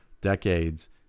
decades